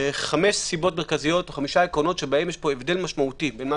5 עקרונות שהם יש פה הבדל משמעותי בין מה